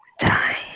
time